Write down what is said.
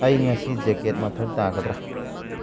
ꯑꯩ ꯉꯁꯤ ꯖꯦꯛꯀꯦꯠ ꯃꯊꯧ ꯇꯥꯒꯗ꯭ꯔꯥ